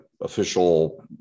official